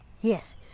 Yes